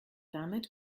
damit